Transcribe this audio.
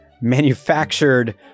Manufactured